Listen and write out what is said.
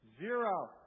Zero